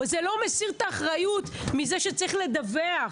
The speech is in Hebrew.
זה לא מסיר את האחריות מזה שצריך לדווח.